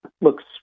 looks